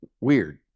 weird